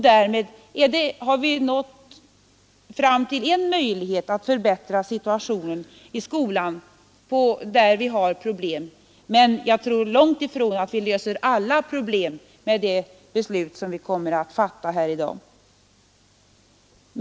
Därmed har vi nått fram till en möjlighet att förbättra situationen i skolan där vi har problem, men jag tror långtifrån att vi löser alla problem genom det beslut som vi kommer att fatta här i dag.